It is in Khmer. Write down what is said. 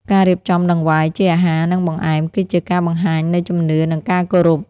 ការរៀបចំដង្វាយជាអាហារ និងបង្អែម គឺជាការបង្ហាញនូវជំនឿ និងការគោរព។